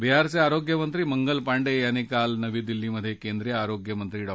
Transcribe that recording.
बिहारचे आरोग्यमंत्री मंगल पांडे यांनी काल नवी दिल्लीत केंद्रीय आरोग्यमंत्री डॉ